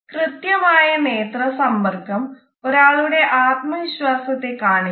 കൃത്യമായ നേത്ര സമ്പർക്കം ഒരാളുടെ ആത്മവിശ്വാസത്തെ കാണിക്കുന്നു